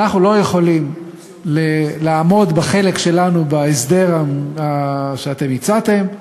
אנחנו לא יכולים לעמוד בחלק שלנו בהסדר שאתם הצעתם,